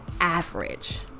average